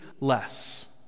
less